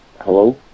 Hello